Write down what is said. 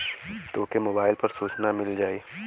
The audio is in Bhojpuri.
तोके मोबाइल पर सूचना मिल जाई